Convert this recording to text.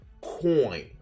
coin